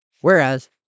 whereas